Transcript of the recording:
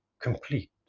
complete